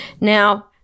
Now